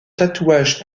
tatouage